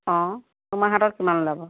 অঁ তোমাৰ হাতত কিমান ওলাব